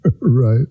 right